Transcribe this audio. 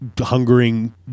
hungering